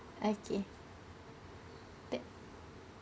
okay tha~